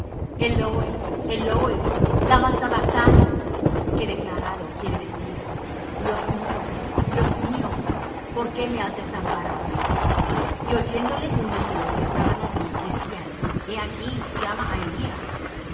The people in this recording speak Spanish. á gran voz diciendo eloi eloi lama sabachthani que declarado quiere decir dios mío díos mío por qué me has desamparado y oyéndole unos de los que estaban allí decían he aquí llama á elías